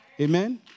Amen